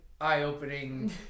eye-opening